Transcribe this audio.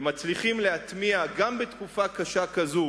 ומצליחים להטמיע גם בתקופה קשה כזו